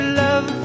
love